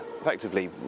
effectively